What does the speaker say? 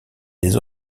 des